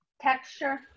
texture